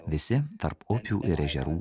visi tarp upių ir ežerų